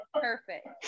Perfect